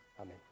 Amen